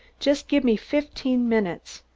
just give me fifteen minutes.